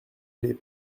les